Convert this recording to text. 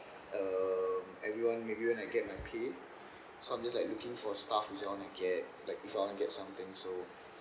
err everyone maybe when I get my pay so I'm just like looking for stuff like if I want to get something so